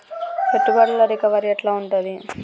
పెట్టుబడుల రికవరీ ఎట్ల ఉంటది?